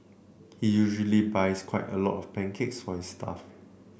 he usually buys quite a lot of pancakes for his staff